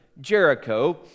Jericho